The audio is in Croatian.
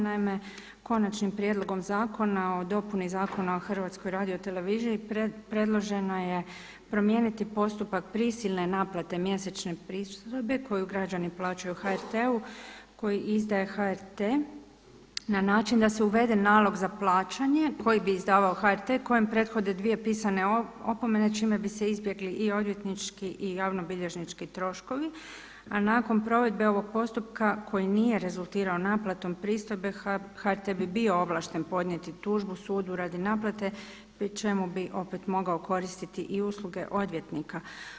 Naime, Konačnim prijedlogom zakona o dopuni Zakona o HRT-u predloženo je promijeniti postupak prisilne naknade mjesečne pristojbe koju građani plaćaju HRT-u, koji izdaje HRT na način da se uvede nalog za plaćanje koji bi izdavao HRT kojem prethode dvije pisane opomene čime bi se izbjegli i odvjetnički i javnobilježnički troškovi a nakon provedbe ovog postupka koji nije rezultirao naplatom pristojbe HRT bi bio ovlašten podnijeti tužbu sudu radi naplate pri čemu bi opet mogao koristiti i usluge odvjetnika.